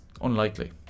unlikely